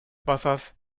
wassers